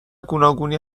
گوناگونی